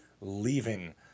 leaving